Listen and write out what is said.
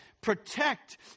protect